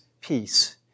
peace